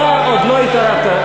אתה עוד לא התערבת.